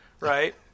Right